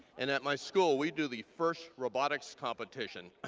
and at my school, we do the first robotics competition,